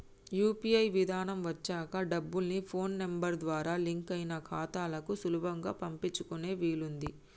UPI విధానం వచ్చాక డబ్బుల్ని ఫోన్ నెంబర్ ద్వారా లింక్ అయిన ఖాతాలకు సులభంగా పంపించుకునే వీలుంది